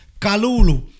Kalulu